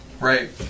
Right